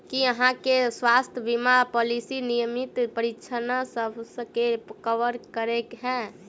की अहाँ केँ स्वास्थ्य बीमा पॉलिसी नियमित परीक्षणसभ केँ कवर करे है?